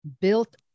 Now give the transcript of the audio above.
built